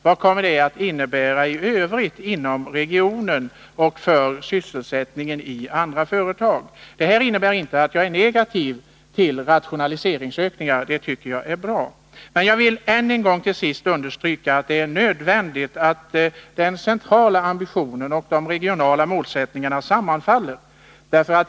Vad kommer det att innebära i övrigt inom regionen och för sysselsättningen i andra företag? Detta innebär inte att jag är negativ till rationaliseringsökningar, sådana tycker jag är bra. Jag vill till sist ännu en gång understryka att det är nödvändigt att den centrala ambitionen och de regionala målsättningarna sammanfaller.